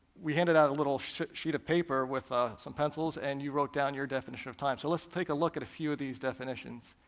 we handed out a little sheet sheet of paper with ah some pencils, and you wrote down your definition of time, so let's take a look at a few of these definitions.